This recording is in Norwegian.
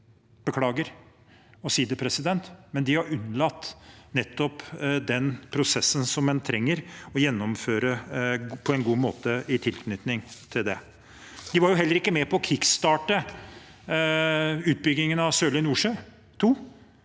beklager å si det, men de har unnlatt nettopp den prosessen som en trenger å gjennomføre på en god måte i tilknytning til det. De var heller ikke med på å kickstarte utbyggingen av Sørlige Nordsjø II.